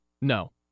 No